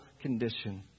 condition